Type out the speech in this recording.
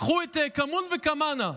קחו את כמון וכמאנה: